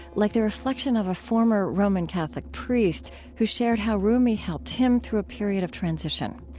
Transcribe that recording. like the reflection of a former roman catholic priest who shared how rumi helped him through a period of transition.